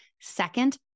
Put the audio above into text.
Second